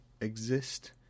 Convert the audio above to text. exist